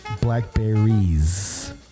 Blackberries